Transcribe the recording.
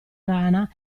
rana